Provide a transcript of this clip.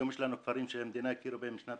היום יש לנו כפרים שהמדינה הכירה בהם בשנת